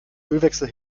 ölwechsel